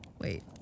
Wait